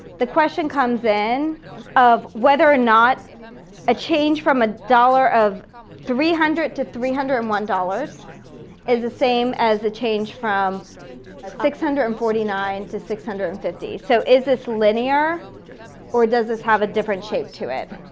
the question comes in of whether or not a change from a dollar of three hundred to three hundred and one dollars is the same as a change from six hundred and forty nine to six hundred and fifty. so is this linear or does this have a different shape to it?